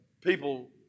people